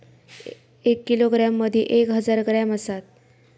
एक किलोग्रॅम मदि एक हजार ग्रॅम असात